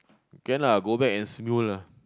can lah go back and lah